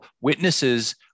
witnesses